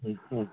ꯎꯝ ꯎꯝ